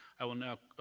i will now